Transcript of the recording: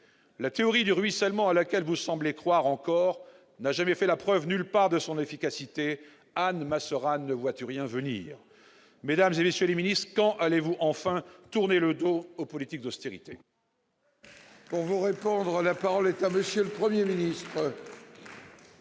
La théorie du ruissellement, à laquelle vous semblez croire encore, n'a jamais fait, nulle part, la preuve de son efficacité : Anne, ma soeur Anne, ne vois-tu rien venir ? Mesdames, messieurs les ministres, quand allez-vous enfin tourner le dos aux politiques d'austérité ? La parole est à M. le Premier ministre.